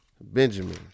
Benjamin